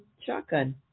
shotgun